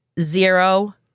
zero